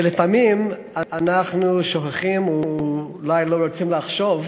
ולפעמים אנחנו שוכחים, ואולי לא רוצים לחשוב